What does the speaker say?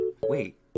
wait